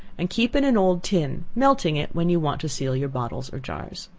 and keep in an old tin, melting it when you want to seal your bottles or jars.